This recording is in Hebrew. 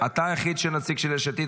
אתה הנציג היחיד של יש עתיד,